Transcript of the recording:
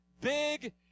big